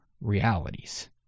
realities